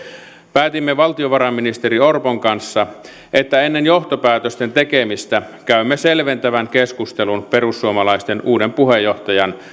päätimme valtiovarainministeri orpon kanssa että ennen johtopäätösten tekemistä käymme selventävän keskustelun perussuomalaisten uuden puheenjohtajan